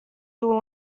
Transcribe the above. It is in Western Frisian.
doel